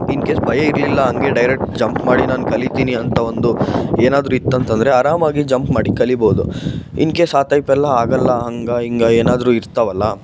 ಇನ್ case ಭಯ ಇರಲಿಲ್ಲ ಹಾಗೆ ಡೈರೆಕ್ಟ್ ಜಂಪ್ ಮಾಡಿ ನಾನು ಕಲಿತೀನಿ ಅಂತ ಒಂದು ಏನಾದರೂ ಇತ್ತಂತ ಅಂದ್ರೆ ಆರಾಮಾಗಿ ಜಂಪ್ ಮಾಡಿ ಕಲಿಬೋದು ಇನ್ ಕೇಸ್ ಆ ಟೈಪೆಲ್ಲ ಆಗೋಲ್ಲ ಹಂಗೆ ಹಿಂಗೆ ಏನಾದರೂ ಇರ್ತಾವಲ್ಲ